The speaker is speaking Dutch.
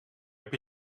heb